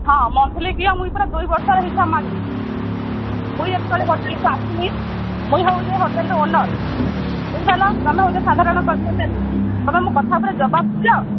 ହଁ ମନ୍ଥଲି ଦିଅ ମୁଇଁ ପୁରା ଦୁଇ ବର୍ଷର ହିସାବ ମାଗିବି ମୁଇଁ ଯେତେବେଳେ ହୋଟେଲକୁ ଆସିମି ମୁଇଁ ହେଉଁଛେ ହୋଟେଲ୍ର ଓନର୍ ବୁଝିପାରିଲ ତୁମେ ହେଉଛ ସାଧାରଣ କର୍ମଚାରୀ ତୁମେ ମୋ କଥା ଉପରେ ଜବାବ ଦେଉଛ